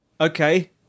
Okay